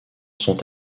sont